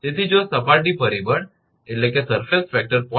તેથી જો સપાટી પરિબળ 0